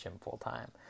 full-time